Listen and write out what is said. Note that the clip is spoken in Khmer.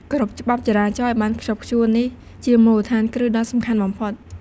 គោរពច្បាប់ចរាចរណ៍ឱ្យបានខ្ជាប់ខ្ជួន នេះជាមូលដ្ឋានគ្រឹះដ៏សំខាន់បំផុត។